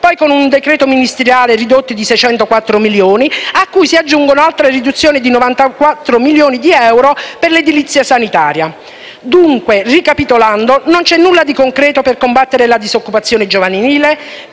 poi, con un decreto ministeriale sono state ridotte di 604 milioni, a cui si aggiunge un'altra riduzione di 94 milioni di euro per l'edilizia sanitaria. Dunque, ricapitolando, non c'è nulla di concreto per combattere la disoccupazione giovanile,